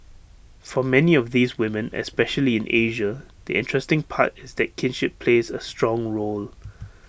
for many of these women especially in Asia the interesting part is that kinship plays A strong role